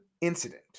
Incident